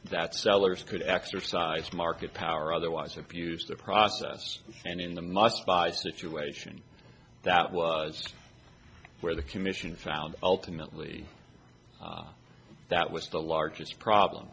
that sellers could exercise market power otherwise refuse the process and in the last by situation that was where the commission found ultimately that was the largest problem